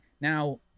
Now